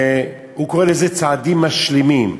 והוא קורא לזה "צעדים משלימים".